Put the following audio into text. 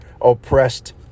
oppressed